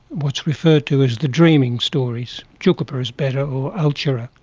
what's referred to as the dreaming stories. tjukurpa is better or altjira.